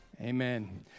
Amen